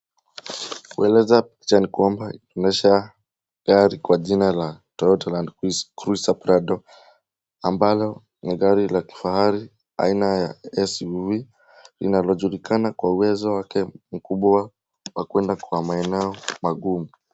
Kueleza picha ni kwamba inaonyesha gari kwa jina Toyota LandCruiser Prado ambalo ni gari la kifahari aina ya SUV linalojulikana kwa uwezo wake mkubwa wa kuenda kwa maeneo magumu.